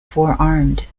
forearmed